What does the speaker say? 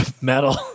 metal